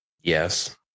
Yes